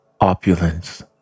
opulence